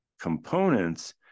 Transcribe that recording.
components